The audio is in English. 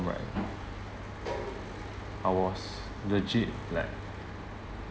right I was legit like